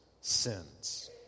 sins